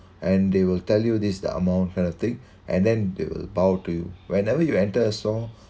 and they will tell you this the amount kind of thing and then they will bow to you whenever you enter a store